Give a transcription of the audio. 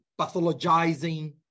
pathologizing